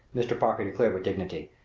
mr. parker declared with dignity.